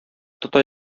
тота